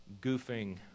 goofing